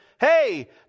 hey